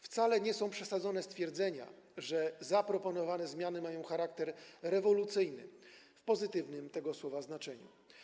Wcale nie są przesadzone stwierdzenia, że zaproponowane zmiany mają charakter rewolucyjny w pozytywnym tego słowa znaczeniu.